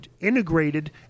integrated